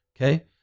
Okay